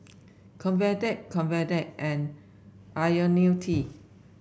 Convatec Convatec and IoniL T